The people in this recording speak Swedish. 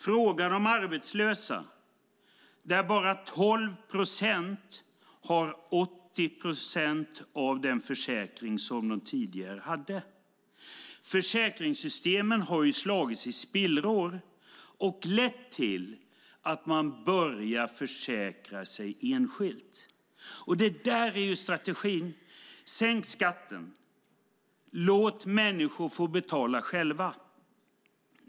Fråga de arbetslösa, där bara 12 procent har 80 procent av den försäkring som de tidigare hade. Försäkringssystemen har slagits i spillror och lett till att man börjar försäkra sig enskilt. Det där är strategin: Sänk skatten, låt människor få betala själva!